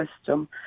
system